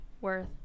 worth